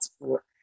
support